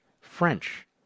French